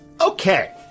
Okay